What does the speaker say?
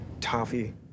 toffee